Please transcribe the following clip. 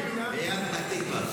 בעיריית פתח תקווה.